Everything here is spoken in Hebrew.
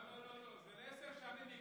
לא, לא, לא, זה לעשר שנים.